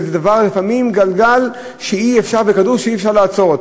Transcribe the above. ולפעמים זה גלגל וכדור שאי-אפשר לעצור.